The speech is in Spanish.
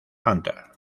hunter